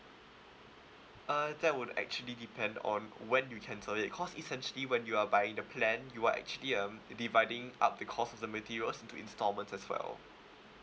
uh that would actually depend on when you cancel it cause essentially when you are buying the plan you are actually um dividing up the cost of the materials into instalments as well